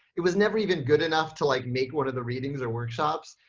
it was never even good enough to like make one of the readings or workshops.